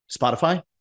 Spotify